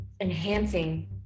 enhancing